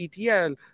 ETL